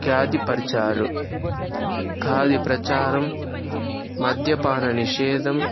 ఖ్యాతిపరిచారు ఖాదీ ప్రచారం మద్యపాన నిషేధం